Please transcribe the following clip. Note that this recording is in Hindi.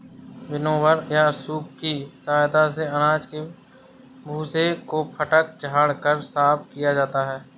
विनोवर या सूप की सहायता से अनाज के भूसे को फटक झाड़ कर साफ किया जाता है